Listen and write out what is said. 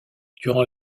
durant